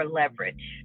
leverage